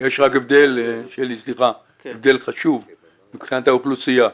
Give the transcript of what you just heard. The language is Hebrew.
יש הבדל חשוב מבחינתה אוכלוסייה.